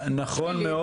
לא נותנים לו.